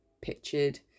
pictured